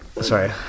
sorry